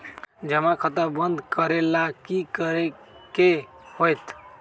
जमा खाता बंद करे ला की करे के होएत?